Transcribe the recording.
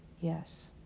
Yes